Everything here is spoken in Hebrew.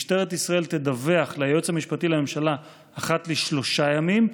משטרת ישראל תדווח ליועץ המשפטי לממשלה אחת לשלושה ימים,